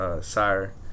Sire